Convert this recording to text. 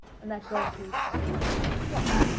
and that gulf is what?